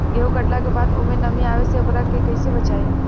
गेंहू कटला के बाद ओमे नमी आवे से ओकरा के कैसे बचाई?